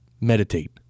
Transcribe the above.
Meditate